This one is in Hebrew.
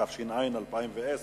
התש"ע 2010,